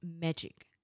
magic